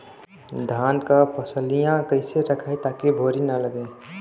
धान क फसलिया कईसे रखाई ताकि भुवरी न लगे?